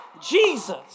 Jesus